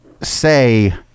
Say